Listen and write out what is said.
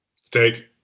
steak